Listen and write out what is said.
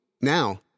Now